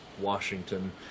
washington